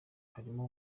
harimo